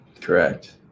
Correct